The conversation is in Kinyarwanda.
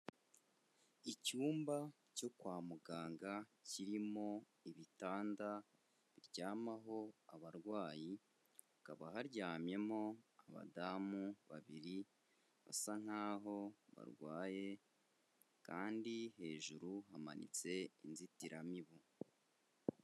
Icyumba cyo kwa muganga, kirimo ibitanda biryamaho abarwayi, hakaba haryamyemo abadamu babiri basa nk'aho barwaye, kandi hejuru hamanitse inzitiramibu.